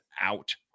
out